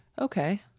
okay